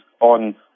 on